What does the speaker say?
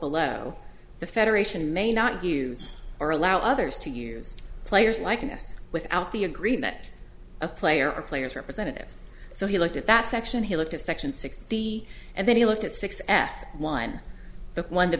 below the federation may not use or allow others to use players likeness without the agreement of player or players representatives so he looked at that section he looked at section sixty and then he looked at six f one but one t